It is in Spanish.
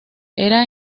era